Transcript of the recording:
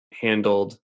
handled